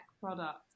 product